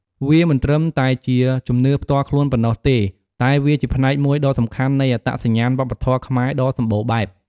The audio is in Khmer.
វាមិនត្រឹមតែជាជំនឿផ្ទាល់ខ្លួនប៉ុណ្ណោះទេ តែវាជាផ្នែកមួយដ៏សំខាន់នៃអត្តសញ្ញាណវប្បធម៌ខ្មែរដ៏សម្បូរបែប។